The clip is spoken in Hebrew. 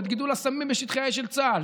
ואת גידול הסמים בשטחי האש של צה"ל,